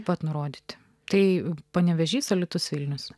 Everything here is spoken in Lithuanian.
pat nurodyti tai panevėžys alytus vilnius